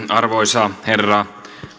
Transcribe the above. arvoisa herra